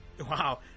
Wow